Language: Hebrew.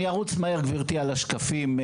גברתי, אני ארוץ מהר על השקפים.